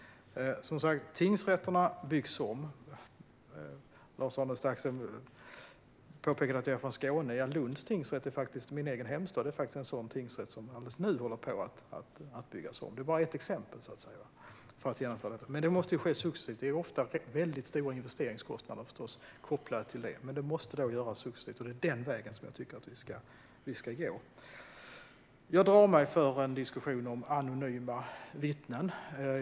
Tingsrätterna byggs om, som sagt. Lars-Arne Staxäng pekade på att jag är från Skåne. Tingsrätten i Lund, min hemstad, är faktiskt en sådan som man i detta nu håller på att bygga om. Det är bara ett exempel. Men det måste ske successivt. Det är ofta stora investeringskostnader kopplade till det, men det måste göras successivt. Det är den vägen jag tycker att vi ska gå. Jag drar mig för en diskussion om anonyma vittnen.